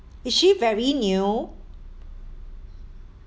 is she very new